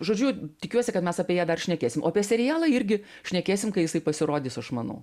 žodžiu tikiuosi kad mes apie ją dar šnekėsim o apie serialą irgi šnekėsim kai jisai pasirodys aš manau